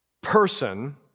person